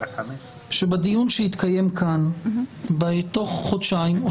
שבדיון שיתקיים כאן בתוך חודשיים או